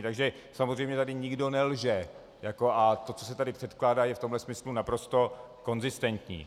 Takže samozřejmě tady nikdo nelže a to, co se tady předkládá, je v tomto smyslu naprosto konzistentní.